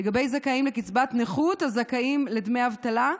לגבי זכאים לקצבת נכות הזכאים לדמי אבטלה,